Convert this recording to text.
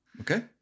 Okay